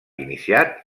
iniciat